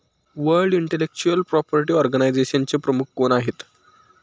World intellectual property ऑर्गनायझेशनचे प्रमुख कोण आहेत?